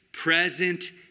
present